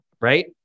right